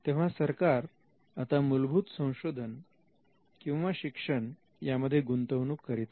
तेव्हा सरकार आता मूलभूत संशोधन किंवा शिक्षण यामध्ये गुंतवणूक करीत आहे